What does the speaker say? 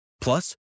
Plus